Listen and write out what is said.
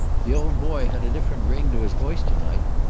the old boy had a different ring to his voice to-night.